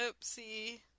Oopsie